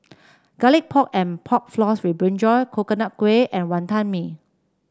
Garlic Pork and Pork Floss with brinjal Coconut Kuih and Wonton Mee